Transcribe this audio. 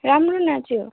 राम्रो नाच्यो